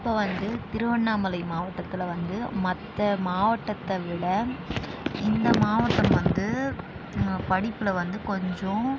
இப்போ வந்து திருவண்ணாமலை மாவட்டத்தில் வந்து மற்ற மாவட்டத்தை விட இந்த மாவட்டம் வந்து படிப்பில் வந்து கொஞ்சம்